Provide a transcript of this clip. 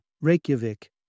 Reykjavik